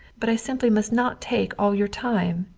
but i simply must not take all your time,